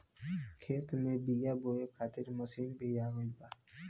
खेत में बीआ बोए खातिर मशीन भी आ गईल बा